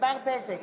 ענבר בזק,